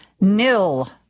nil